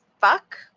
fuck